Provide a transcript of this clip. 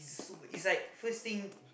so it's like first thing